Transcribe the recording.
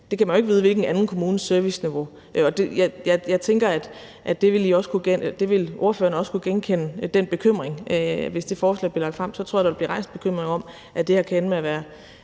bliver forpligtet af en anden kommunes serviceniveau. Jeg tænker, at den bekymring ville ordføreren også kunne genkende, hvis det forslag blev lagt frem, for så tror jeg, der vil blive rejst en bekymring om, at det her kan ende med at være